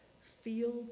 feel